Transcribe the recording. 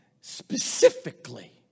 Specifically